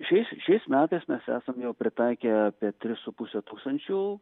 šiais šiais metais mes esam jau pritaikę apie tris su puse tūkstančių